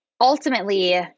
ultimately